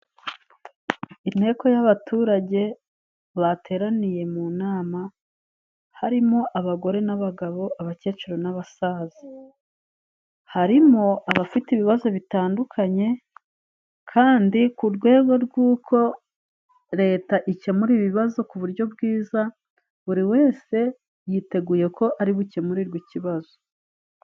Inteko y'abaturage bateraniye mu nama. Harimo abagore n'abagabo, abakecuru n'abasaza. Harimo abafite ibibazo bitandukanye kandi ku rwego rw'uko Leta ikemura ibibazo ku buryo bwiza, buri wese yiteguye ko ari bukemurirwe ikibazo.